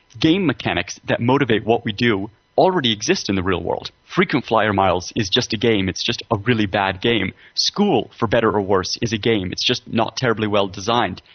game mechanics that motivate what we do already exist in the real world. frequent flyer miles is just a game, it's just a really bad game. school, for better or worse, is a game, it's just not terribly well designed.